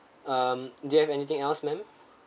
um do you have anything else ma'am